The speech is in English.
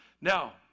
Now